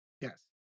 Yes